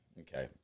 okay